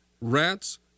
rats